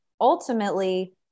ultimately